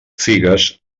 figues